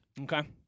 Okay